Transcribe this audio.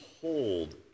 hold